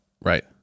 Right